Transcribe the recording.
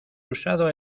usado